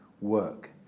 work